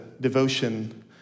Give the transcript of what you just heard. devotion